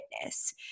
fitness